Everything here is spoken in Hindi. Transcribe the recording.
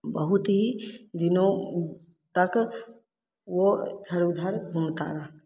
बहुत ही दिनों तक वो इधर उधर घूमता रहा